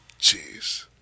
Jeez